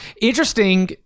Interesting